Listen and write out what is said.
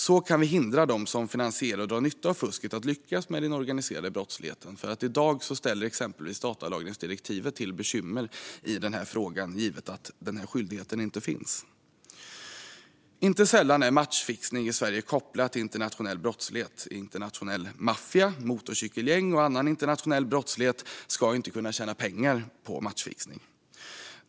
Så kan vi hindra att de som finansierar och drar nytta av fusket lyckas med den organiserade brottsligheten, för i dag ställer exempelvis datalagringsdirektivet till bekymmer i denna fråga givet att den skyldigheten inte finns. Inte sällan är matchfixning i Sverige kopplad till internationell brottslighet. Internationell maffia, motorcykelgäng och annan internationell brottslighet ska inte kunna tjäna pengar på matchfixning.